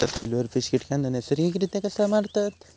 Silverfish कीटकांना नैसर्गिकरित्या कसा मारतत?